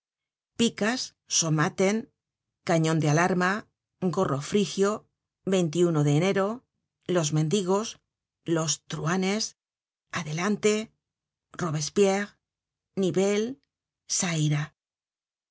picas somaten cañon de alarma gorro frigio de enero los mendigos los truanes adelante robespierre nivel